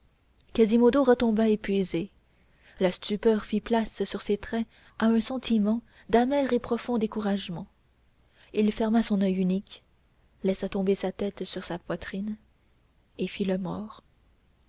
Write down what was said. quasimodo retomba épuisé la stupeur fit place sur ses traits à un sentiment d'amer et profond découragement il ferma son oeil unique laissa tomber sa tête sur sa poitrine et fit le mort